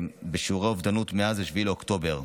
בשיעורי האובדנות מאז 7 באוקטובר.